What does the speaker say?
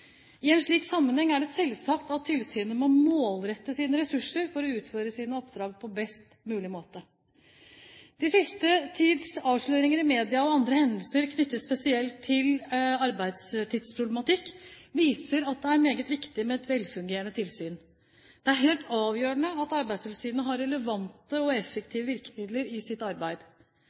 I en slik sammenheng er det selvsagt at tilsynet må målrette sine ressurser for å utføre sine oppdrag på best mulig måte. Den siste tids avsløringer i media og andre hendelser knyttet spesielt til arbeidstidsproblematikk viser at det er meget viktig med et velfungerende tilsyn. Det er helt avgjørende at Arbeidstilsynet har relevante og effektive virkemidler i sitt arbeid.